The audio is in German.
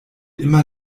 immer